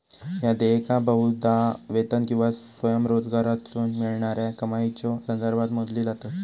ह्या देयका बहुधा वेतन किंवा स्वयंरोजगारातसून मिळणाऱ्या कमाईच्यो संदर्भात मोजली जातत